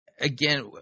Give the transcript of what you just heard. Again